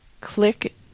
click